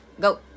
go